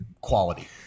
quality